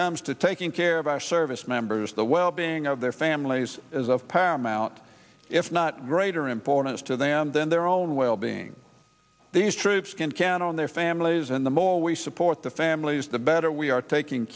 comes to taking care of our servicemembers the well being of their families is of paramount if not greater importance to them than their own well being these troops can can on their families and the more we support the families the better we are taking